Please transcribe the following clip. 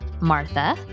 Martha